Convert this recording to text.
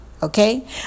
Okay